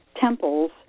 temples